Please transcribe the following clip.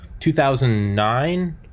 2009